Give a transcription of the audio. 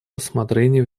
рассмотрение